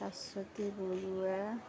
Bhaswati Barua